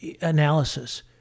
analysis